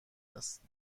است